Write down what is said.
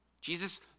Jesus